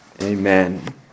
amen